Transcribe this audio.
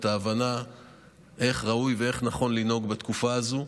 את ההבנה איך ראוי ואיך נכון לנהוג בתקופה הזו.